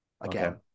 again